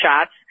shots